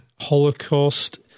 holocaust